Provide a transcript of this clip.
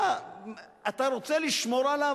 אתה רוצה לשמור עליו,